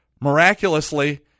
miraculously